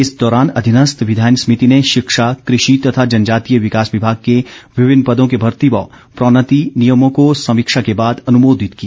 इस दौरान अधिनस्थ विधायन समिति ने शिक्षा कृषि तथा जनजातीय विकास विभाग के विभिन्न पर्दो के भर्ती व प्रोन्नति नियमों को संवीक्षा के बाद अनुमोदित किया